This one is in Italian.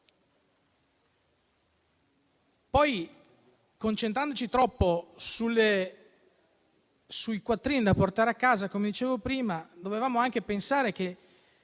Concentrandoci troppo sui quattrini da portare a casa, come dicevo prima, dovevamo anche pensare che